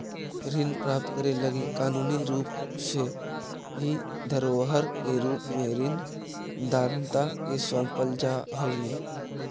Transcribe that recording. ऋण प्राप्त करे लगी कानूनी रूप से इ धरोहर के रूप में ऋण दाता के सौंपल जा हई